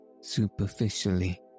superficially